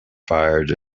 fired